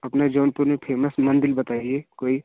अपने जौनपुर में फेमस मंदिर बताइए कोई